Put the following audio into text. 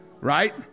right